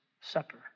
Supper